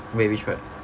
wait which part